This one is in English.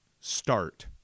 start